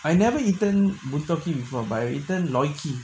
I never eaten buntogi before but I eaten loy kee